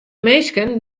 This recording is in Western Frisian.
minsken